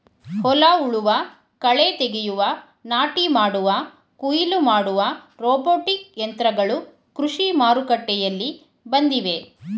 ಹೊಲ ಉಳುವ, ಕಳೆ ತೆಗೆಯುವ, ನಾಟಿ ಮಾಡುವ, ಕುಯಿಲು ಮಾಡುವ ರೋಬೋಟಿಕ್ ಯಂತ್ರಗಳು ಕೃಷಿ ಮಾರುಕಟ್ಟೆಯಲ್ಲಿ ಬಂದಿವೆ